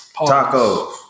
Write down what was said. Tacos